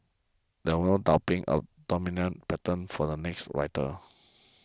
there was no doubting a dominant pattern for the next winter